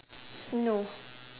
no